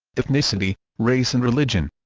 ethnicity, race and religion